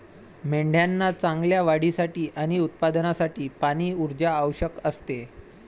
मेंढ्यांना चांगल्या वाढीसाठी आणि उत्पादनासाठी पाणी, ऊर्जा आवश्यक असते